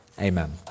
Amen